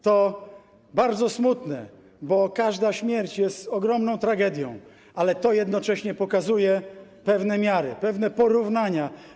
To bardzo smutne, bo każda śmierć jest ogromną tragedią, ale to jednocześnie pokazuje pewne miary, pewne porównania.